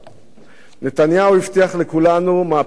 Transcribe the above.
נתניהו הבטיח לכולנו מהפכה חברתית,